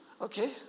Okay